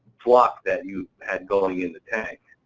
flock that you had going in the tank.